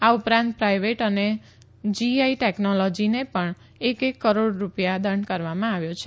આ ઉપરાંત પ્રાઈવેટ અને જીઆઈ ટેકનોલોજીનો પણ એક એક કરોડ રૂપિયા દંડ કરવામાં આવ્યો છે